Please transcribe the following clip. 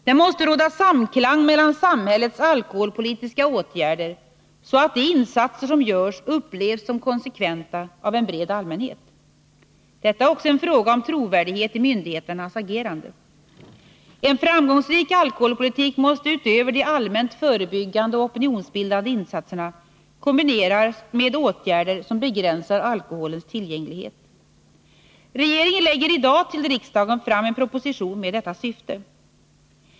Det måste råda samklang mellan samhällets alkoholpolitiska åtgärder, så att de insatser som görs upplevs som konsekventa av en bred allmänhet. Detta är också en fråga om trovärdighet i myndigheternas agerande. En framgångsrik alkoholpolitik måste utöver de allmänt förebyggande och opinionsbildande insatserna kombineras med åtgärder som begränsar alkoholens tillgänglighet. Regeringen lägger i dag till riksdagen fram en proposition med detta syfte.